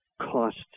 cost